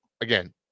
again